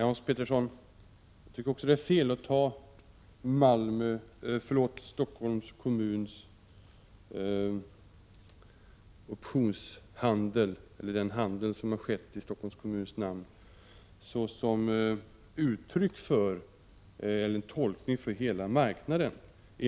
Herr talman! Jag tycker det är fel, Hans Petersson, att se den optionshandel som har skett i Stockholms kommuns namn som ett uttryck för läget på hela marknaden.